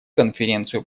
конференцию